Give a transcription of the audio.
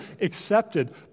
accepted